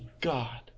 God